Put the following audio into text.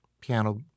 piano